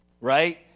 Right